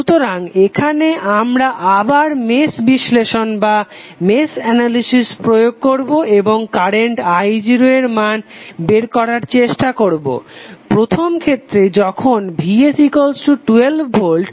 সুতরাং এখানে আমরা আবার মেশ বিশ্লেষণ প্রয়োগ করবো এবং কারেন্ট I0 এর মান বের করার চেষ্টা করবো প্রথম ক্ষেত্রে যখন vs12 ভোল্ট